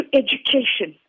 education